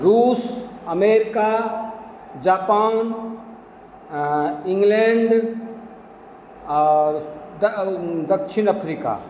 रूस America Japan England और दक्षिण अफ्रीका